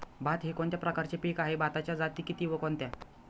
भात हे कोणत्या प्रकारचे पीक आहे? भाताच्या जाती किती व कोणत्या?